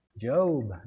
Job